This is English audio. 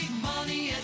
money